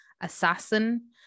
assassin